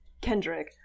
Kendrick